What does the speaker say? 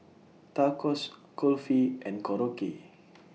Tacos Kulfi and Korokke